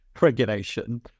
regulation